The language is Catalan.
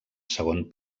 segon